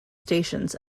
stations